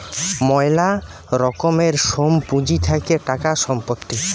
ময়লা রকমের সোম পুঁজি থাকে টাকা, সম্পত্তি